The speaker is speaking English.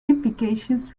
implications